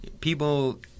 people